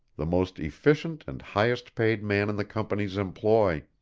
the most efficient and highest paid man in the company's employ.